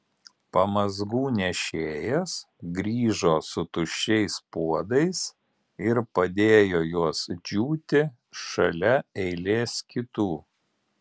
pamazgų nešėjas grįžo su tuščiais puodais ir padėjo juos džiūti šalia eilės kitų